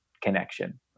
connection